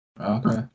Okay